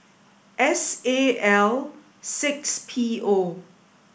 S A L six P O